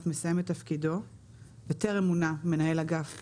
מסיים את תפקידו וטרם מונה מנהל אגף אחר,